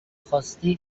خواستی